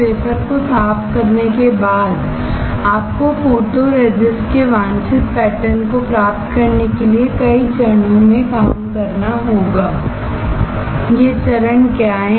wafer को साफ करने के बाद आपको फोटोरेसिस्ट के वांछित पैटर्न को प्राप्त करने के लिए कई चरणों मे काम करना होगा वे चरण क्या हैं